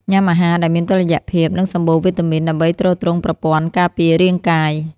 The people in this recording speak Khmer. ញ៉ាំអាហារដែលមានតុល្យភាព និងសម្បូរវីតាមីន ដើម្បីទ្រទ្រង់ប្រព័ន្ធការពាររាងកាយ។